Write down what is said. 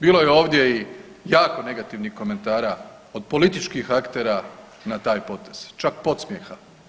Bilo je ovdje i jako negativnih komentara od političkih aktera na taj potez, čak podsmijeha.